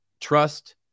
trust